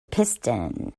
piston